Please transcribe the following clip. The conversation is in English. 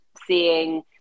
seeing